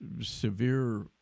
severe